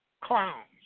clowns